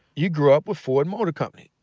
you grew up with ford motor company.